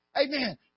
Amen